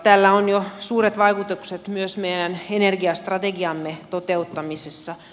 tällä on jo suuret vaikutukset myös meidän energiastrategiamme toteuttamisessa